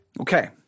okay